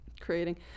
creating